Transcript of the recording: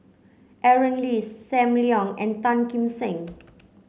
Aaron Lee Sam Leong and Tan Kim Seng